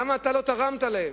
למה לא תרמת להן?